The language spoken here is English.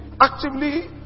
actively